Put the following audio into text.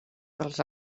dels